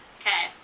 Okay